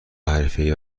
حرفه